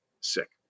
sick